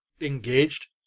engaged